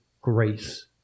grace